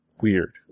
weird